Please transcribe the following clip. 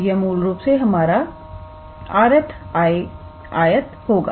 तो यह मूल रूप से हमारा R th आयत होगा